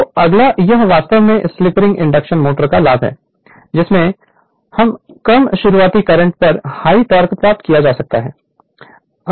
तो अगला यह वास्तव में स्लिप रिंग इंडक्शन मोटर का लाभ है जिसमें कम शुरुआती करंट पर हाई टोक़ प्राप्त किया जाता है